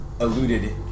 eluded